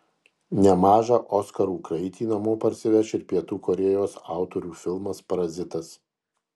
nemažą oskarų kraitį namo parsiveš ir pietų korėjos autorių filmas parazitas